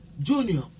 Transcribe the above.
junior